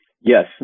Yes